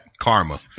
Karma